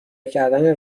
کردن